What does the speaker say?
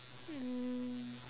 mm